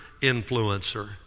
influencer